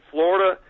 Florida